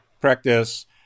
practice